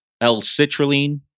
L-citrulline